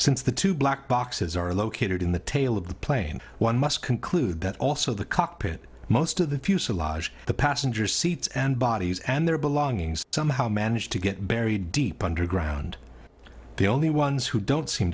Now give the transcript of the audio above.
since the two black boxes are located in the tail of the plane one must conclude that also the cockpit most of the fuselage the passenger seats and bodies and their belongings somehow managed to get buried deep underground the only ones who don't seem